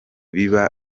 biba